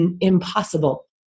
impossible